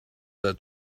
their